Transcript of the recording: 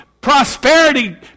prosperity